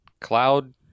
Cloud